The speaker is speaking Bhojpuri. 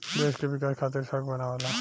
देश के विकाश खातिर सड़क बनावेला